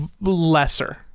lesser